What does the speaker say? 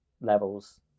levels